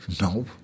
No